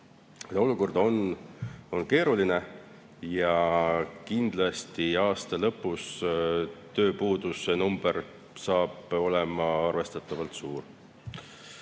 Olukord on keeruline ja kindlasti aasta lõpus saab tööpuuduse number olema arvestatavalt suur.